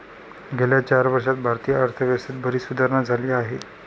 गेल्या चार वर्षांत भारतीय अर्थव्यवस्थेत बरीच सुधारणा झाली आहे